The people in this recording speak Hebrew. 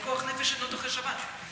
והאם פיקוח נפש אינו דוחה שבת?